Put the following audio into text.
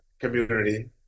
community